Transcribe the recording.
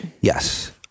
Yes